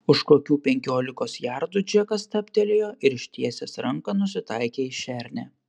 už kokių penkiolikos jardų džekas stabtelėjo ir ištiesęs ranką nusitaikė į šernę